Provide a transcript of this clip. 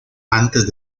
antes